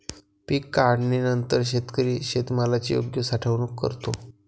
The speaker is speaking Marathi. पीक काढणीनंतर शेतकरी शेतमालाची योग्य साठवणूक करतो